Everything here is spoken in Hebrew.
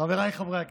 חבריי חברי הכנסת,